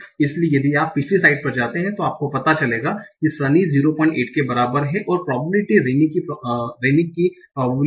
इसलिए यदि आप पिछली स्लाइड पर जाते हैं तो आपको पता चलेगा कि सनी 08 के बराबर है और प्रोबेबिलिटी रैनी की प्रोबेबिलिटी